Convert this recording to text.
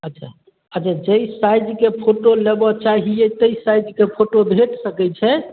अच्छा अच्छा जाहि साइजके फोटो लेबऽ चाही ताहि साइजके फोटो भेटि सकै छै